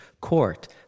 court